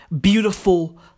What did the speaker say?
beautiful